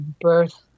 birth